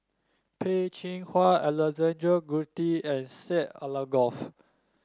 Peh Chin Hua Alexander Guthrie and Syed Alsagoff